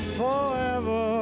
forever